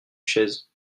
chaise